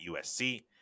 USC